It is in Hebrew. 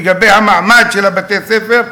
לגבי המעמד של בתי-הספר,